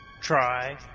try